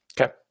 Okay